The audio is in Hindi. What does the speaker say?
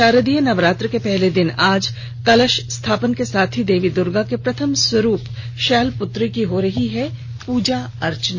शारदीय नवरात्र के पहले दिन आज कलश स्थापन के साथ देवी दूर्गा के प्रथम स्वरूप शैलपुत्री की हो रही पूजा अर्चना